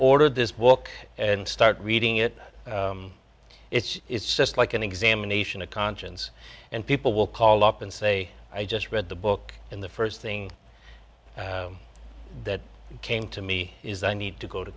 order this book and start reading it it's just like an examination of conscience and people will call up and say i just read the book in the first thing that came to me is i need to go to